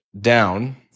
down